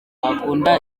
akunda